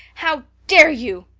how dare you!